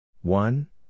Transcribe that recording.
One